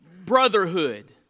brotherhood